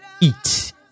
Eat